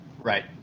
Right